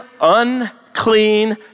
unclean